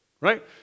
right